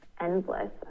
endless